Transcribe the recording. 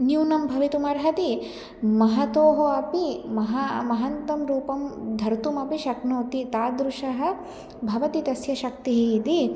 न्यूनं भवितुमर्हति महतोः अपि महा महान्तं रूपं धर्तुमपिशक्नोति तादृशः भवति तस्य शक्तिः इति